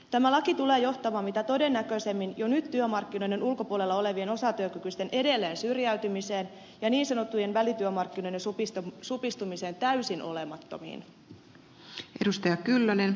tämä laki tulee johtamaan mitä todennäköisimmin jo nyt työmarkkinoiden ulkopuolella olevien osatyökykyisten edelleen syrjäytymiseen ja niin sanottujen välityömarkkinoiden supistumiseen täysin olemattomiin